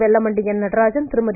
Vellamandi N Natarajan Thirumathi